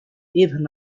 even